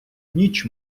ніч